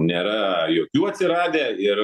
nėra jokių atsiradę ir